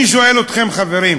אני שואל אתכם, חברים,